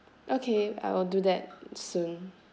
okay I will do that soon